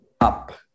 up